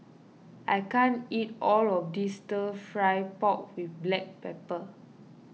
I can't eat all of this Stir Fry Pork with Black Pepper